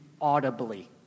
audibly